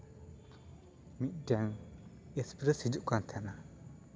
ᱢᱤᱫᱴᱮᱱ ᱮᱠᱥᱯᱨᱮᱥ ᱦᱤᱡᱩᱜ ᱠᱟᱱ ᱛᱟᱦᱮᱱᱟ